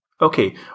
Okay